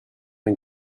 amb